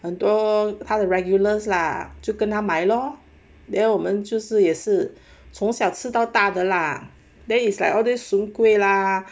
很多他的 regulars lah 就跟他买咯 then 我们就是也是从小吃到大的 lah then is like all this soon kueh lah